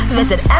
visit